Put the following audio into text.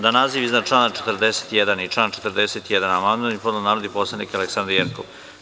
Na naziv iznad člana 41 i član 41. amandman je podneo narodni poslanik Aleksandra Jerkov.